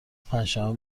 پنجشنبه